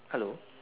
hello